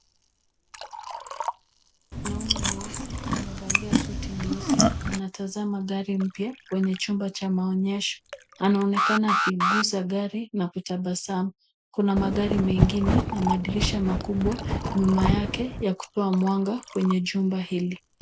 Mwanaume mweusi amevalia suti nyeusi anatazama gari mpya kwenye chumba cha maonyesho anaonekana akigusa gari na kutabasamu. Kuna magari na madirisha makubwa ya kutoa mwanga kwenye chumba hil.